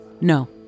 No